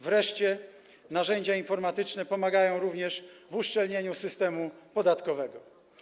Wreszcie narzędzia informatyczne pomagają również w uszczelnieniu systemu podatkowego.